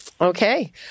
Okay